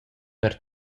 per